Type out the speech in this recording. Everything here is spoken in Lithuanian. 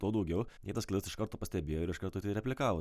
tuo daugiau jie tas klaidas iš karto pastebėjo ir iš karto tai replikavo